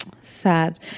Sad